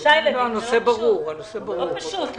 לכן לא מדובר פה בהוצאה תקציבית גדולה